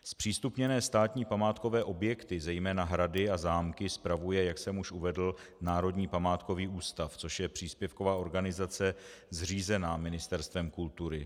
Zpřístupněné státní památkové objekty, zejména hrady a zámky, spravuje, jak jsem už uvedl, Národní památkový ústav, což je příspěvková organizace zřízená Ministerstvem kultury.